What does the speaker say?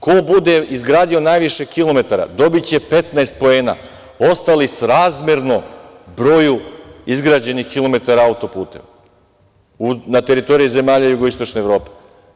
Ko bude izgradio najviše kilometara dobiće 15 poena, ostali srazmerno broju izgrađenih kilometara autoputeva na teritoriji zemalja jugoistočne Evrope.